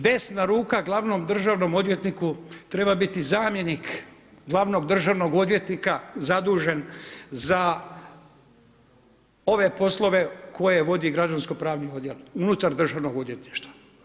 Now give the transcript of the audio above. Desna ruka glavnom državnom odvjetniku treba biti zamjenik glavnog državnog odvjetnika zadužen za ove poslove koje vodi Građanskopravni odjel unutar Državnog odvjetništva.